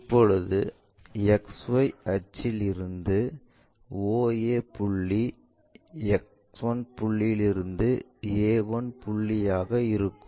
இப்போது XY அச்சு இல் இருந்து oa புள்ளி X1 புள்ளியிலிருந்து a1 புள்ளி ஆக இருக்கும்